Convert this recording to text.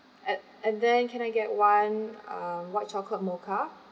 at and then can I get one um white chocolate mocha